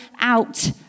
out